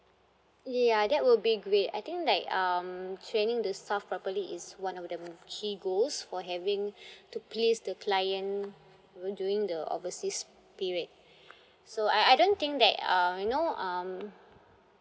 ya that will be great I think like um training the staff properly is one of the key goals for having to please the client even during the overseas period so I I don't think that uh you know um